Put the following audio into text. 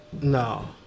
No